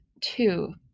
two